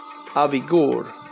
Avigur